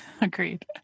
Agreed